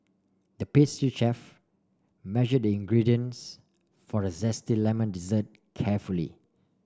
the pastry chef measured the ingredients for a zesty lemon dessert carefully